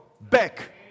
back